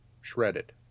shredded